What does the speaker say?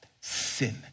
sin